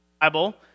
Bible